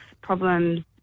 problems